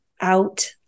Out